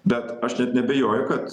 bet aš net neabejoju kad t